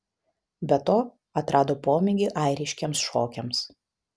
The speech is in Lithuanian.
be to atrado pomėgį airiškiems šokiams